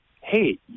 hey